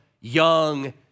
young